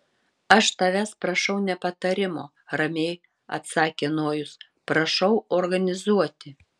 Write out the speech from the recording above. aš tavęs prašau ne patarimo ramiai atsakė nojus prašau organizuoti